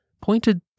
pointed